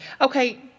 Okay